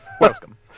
Welcome